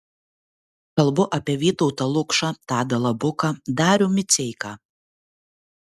kalbu apie vytautą lukšą tadą labuką darių miceiką